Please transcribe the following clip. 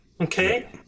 Okay